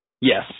Yes